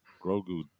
Grogu